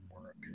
work